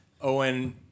Owen